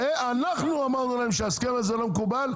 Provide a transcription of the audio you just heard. אנחנו אמרנו להם שההסכם הזה לא מקובל,